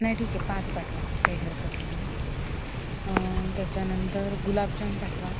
नाही ठीक आहे पाच पाठवा मग काही हरकत नाही आहे त्याच्यानंतर गुलाबजाम पाठवा